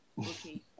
Okay